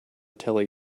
telly